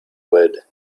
wood